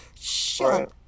Shut